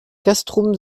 castrum